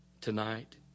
Tonight